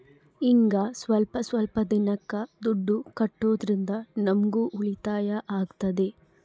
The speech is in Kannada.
ಹಿಂಗ ಸ್ವಲ್ಪ ಸ್ವಲ್ಪ ದಿನಕ್ಕ ದುಡ್ಡು ಕಟ್ಟೋದ್ರಿಂದ ನಮ್ಗೂ ಉಳಿತಾಯ ಆಗ್ತದೆ